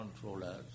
controllers